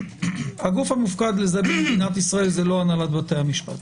הגוף המופקד לזה במדינת ישראל זה לא הנהלת בתי המשפט.